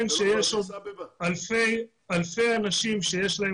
מה שאני טוען שיש עוד אלפי אנשים שיש להם